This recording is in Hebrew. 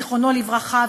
זיכרונו לברכה,